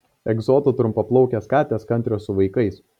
egzotų trumpaplaukės katės kantrios su vaikais